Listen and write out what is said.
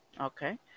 Okay